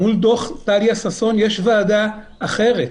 מול דוח טליה ששון יש ועדה אחרת